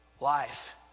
life